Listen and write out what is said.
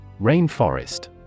Rainforest